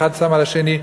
אחד שם על השני,